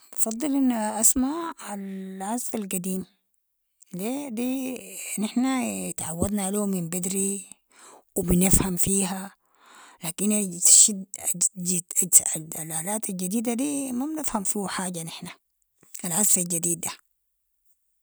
بفضل أني أسمع العزف القديم، لي دي نحن اتعودنا ليهو من بدري و بنفهم فيها، لكن الشي الالات الجديدة دي مابنفهم فيو حاجة نحن، العزف الجديد ده.